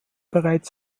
bereits